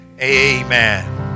amen